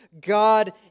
God